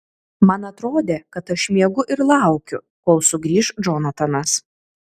man atrodė kad aš miegu ir laukiu kol sugrįš džonatanas